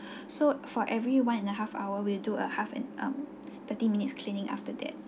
so for every one and a half hour we'll do a half and um thirty minutes cleaning after that